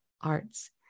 arts